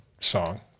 song